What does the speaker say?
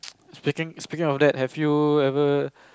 speak speaking of that have you ever